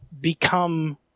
become